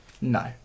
No